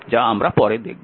যা আমরা পরে দেখব